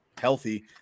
healthy